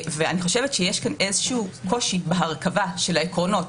ואני חושבת שיש כאן איזשהו קושי בהרכבה של העקרונות,